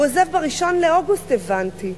הוא עוזב ב-1 באוגוסט, הבנתי.